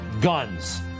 guns